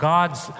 God's